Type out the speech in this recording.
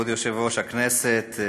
כבוד יושב-ראש הכנסת,